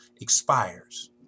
expires